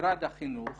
שמשרד החינוך